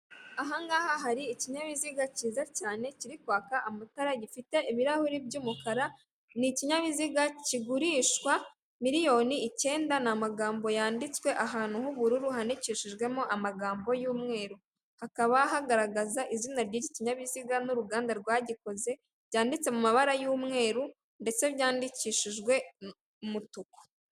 Ahangaha hari ikinyabiziga cyiza cyane, kiri kwaka amatara. Gifite ibirahuri by'umukara ni ikinyabiziga kigurishwa miliyoni icyenda n'amagambo yanditswe ahantu h'ubururu handikishijwemo amagambo y'umweru. Hakaba hagaragaza izina ry'iki kinyabiziga n'uruganda rwagikoze. Byanditswe mu amabara y'umweru, ndetse byandikishijwe umutuku.